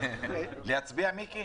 להצביע, מיקי?